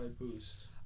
boost